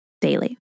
daily